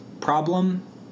problem